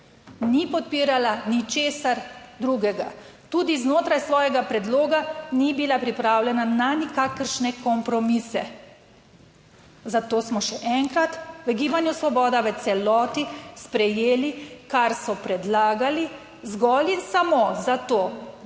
ni podpirala ničesar drugega. Tudi znotraj svojega predloga ni bila pripravljena na nikakršne kompromise. Zato smo še enkrat v Gibanju Svoboda v celoti sprejeli, kar so predlagali, zgolj in samo za